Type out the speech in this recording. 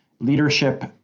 leadership